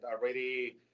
already